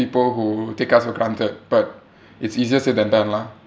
people who take us for granted but it's easier said than done lah